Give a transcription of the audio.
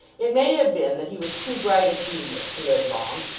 it may have been that he was too bright a genius to live long,